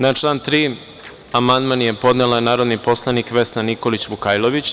Na član 3. amandman je podnela narodni poslanik Vesna Nikolić Vukajlović.